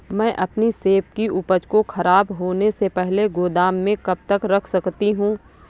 मैं अपनी सेब की उपज को ख़राब होने से पहले गोदाम में कब तक रख सकती हूँ?